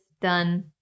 done